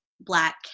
Black